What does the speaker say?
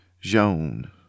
Joan